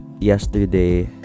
yesterday